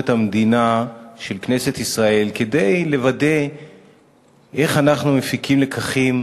ביקורת המדינה של כנסת ישראל כדי לוודא איך אנחנו מפיקים לקחים